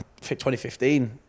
2015